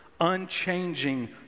unchanging